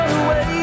away